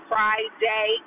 Friday